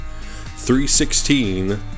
316